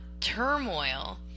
turmoil